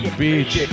beach